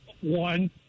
one